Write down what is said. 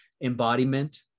embodiment